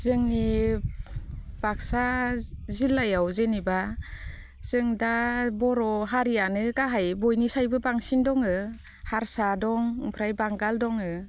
जोंनि बाकसा जिल्लायाव जेनेबा जों दा बर' हारियानो गाहाय बयनिख्रुयबो बांसिन दङ हारसा दं ओमफ्राय बांगाल दङ